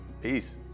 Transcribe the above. Peace